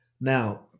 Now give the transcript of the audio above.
Now